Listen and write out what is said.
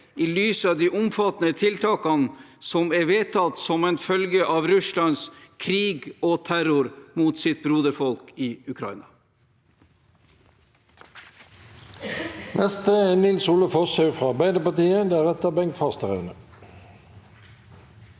i lys av de omfattende tiltakene som er vedtatt som en følge av Russlands krig og terror mot sitt broderfolk i Ukraina.